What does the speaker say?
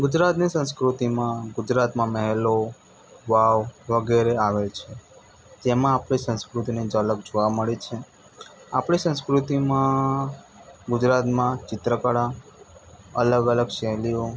ગુજરાતની સંસ્કૃતિમાં ગુજરાતમાં મહેલો વાવ વગેરે આવે છે તેમાં આપણી સંસ્કૃતિની ઝલક જોવા મળે છે આપણી સંસ્કૃતિમાં ગુજરાતમાં ચિત્રકળા અલગ અલગ શૈલીઓ